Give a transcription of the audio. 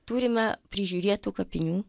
turime prižiūrėtų kapinių